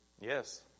Yes